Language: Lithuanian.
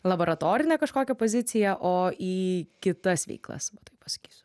laboratorinę kažkokią poziciją o į kitas veiklas va taip pasakysiu